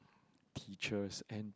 teachers and